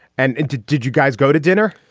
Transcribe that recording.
and did did you guys go to dinner.